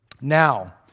now